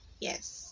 Yes